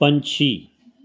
ਪੰਛੀ